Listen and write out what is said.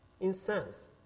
Incense